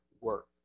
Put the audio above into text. work